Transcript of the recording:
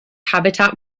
habitat